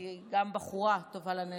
כי גם בחורה טובה לנשק,